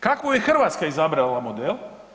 Kakav je Hrvatska izabrala model?